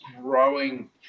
growing